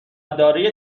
دارای